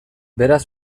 beraz